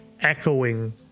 echoing